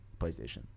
PlayStation